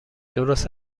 درست